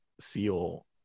SEAL